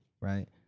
right